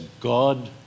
God